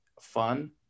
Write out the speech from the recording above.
fun